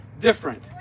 different